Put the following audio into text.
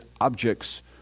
objects